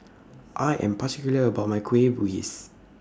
I Am particular about My Kueh Bugis